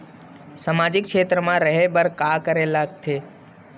सामाजिक क्षेत्र मा रा हे बार का करे ला लग थे